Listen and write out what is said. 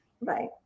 Right